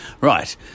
Right